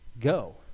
go